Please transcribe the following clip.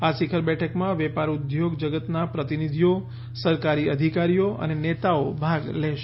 આ શિખર બેઠકમાં વેપાર ઉદ્યોગ જગતના પ્રતિનિધિઓ સરકારી અધિકારીઓ અને નેતાઓ ભાગ લેશે